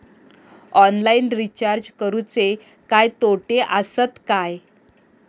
Online recharge करुचे काय तोटे आसत काय?